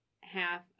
half